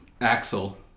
Axel